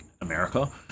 America